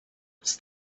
els